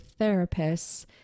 therapists